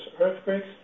earthquakes